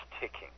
ticking